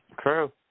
True